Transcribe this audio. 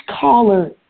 caller